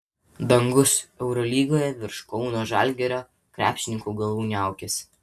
dangus eurolygoje virš kauno žalgirio krepšininkų galvų niaukiasi